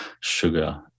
sugar